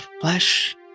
flesh